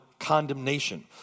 Condemnation